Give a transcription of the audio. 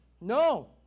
No